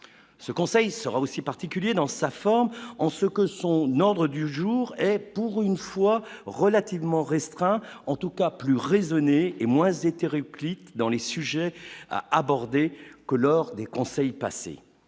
ce conseil sera aussi particulier dans sa forme en ce que son ordre du jour et pour une fois relativement restreint, en tout cas plus raisonnée et moins hétéroclites dans les sujets à aborder que lors des conseils passer